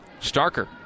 Starker